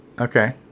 Okay